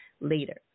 later